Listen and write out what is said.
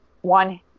one